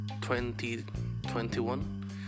2021